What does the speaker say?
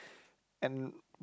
and